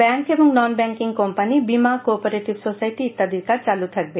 bank এবং non banking company বিমা cooperative society ইত্যাদির কাজ চালু থাকবে